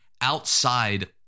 outside